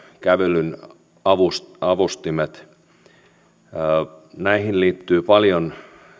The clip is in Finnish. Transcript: kävelyn avustimiin liittyy paljon